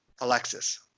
Alexis